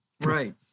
Right